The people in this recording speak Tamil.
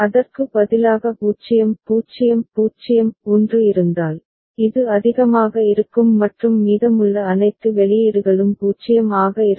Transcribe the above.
அதற்கு பதிலாக 0 0 0 1 இருந்தால் இது அதிகமாக இருக்கும் மற்றும் மீதமுள்ள அனைத்து வெளியீடுகளும் 0 ஆக இருக்கும்